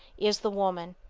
is the woman.